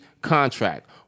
contract